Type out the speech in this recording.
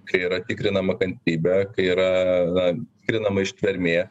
kai yra tikrinama kantrybė kai yra na tikrinama ištvermė